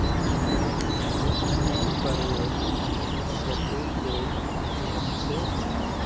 ईद पर्वेर केते कोई लोन छे?